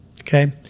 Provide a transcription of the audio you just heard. okay